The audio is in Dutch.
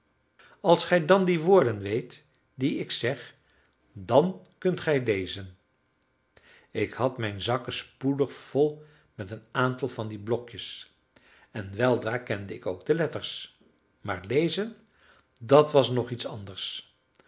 als gij dan die woorden weet die ik zeg dan kunt gij lezen ik had mijn zakken spoedig vol met een aantal van die blokjes en weldra kende ik ook de letters maar lezen dat was nog iets anders